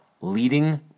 Leading